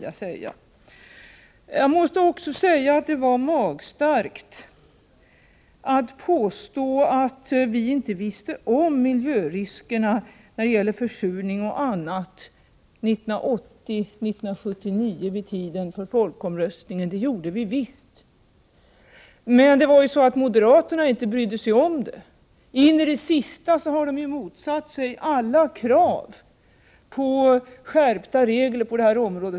Jag måste också säga att det var magstarkt att påstå att vi vid tiden för folkomröstningen — 1979-1980 — inte kände till miljöriskerna när det gäller försurning och annat. Det gjorde vi visst. Men det var ju så att moderaterna inte brydde sig om det. In i det sista har de motsatt sig alla krav på skärpta regler på detta område.